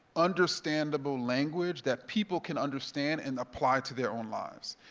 understandable language that people can understand and apply to their own lives.